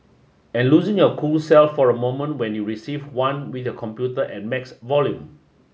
and losing your cool self for a moment when you receive one with your computer at max volume